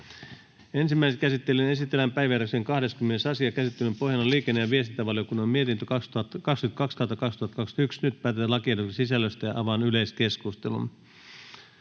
Ensimmäiseen käsittelyyn esitellään päiväjärjestyksen 22. asia. Käsittelyn pohjana on hallintovaliokunnan mietintö HaVM 13/2021 vp. Nyt päätetään lakiehdotuksen sisällöstä. — Avaan yleiskeskustelun.